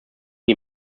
die